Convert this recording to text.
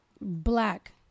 Black